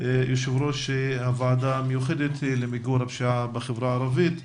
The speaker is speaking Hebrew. יושב ראש הוועדה המיוחדת למיגור הפשיעה בחברה הערבית.